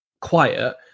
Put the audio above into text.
quiet